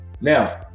now